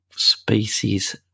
species